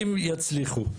אם יצליחו.